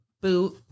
boot